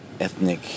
Ethnic